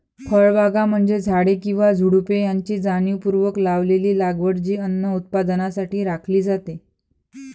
फळबागा म्हणजे झाडे किंवा झुडुपे यांची जाणीवपूर्वक लावलेली लागवड जी अन्न उत्पादनासाठी राखली जाते